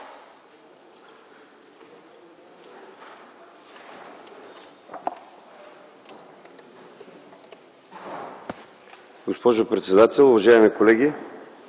Госпожо председател, уважаеми колеги,